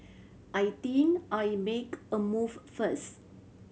I think I'll make a move first